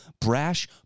Brash